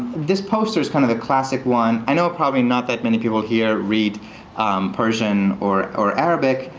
this poster is kind of a classic one. i know probably not that many people here read persian or or arabic.